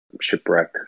Shipwreck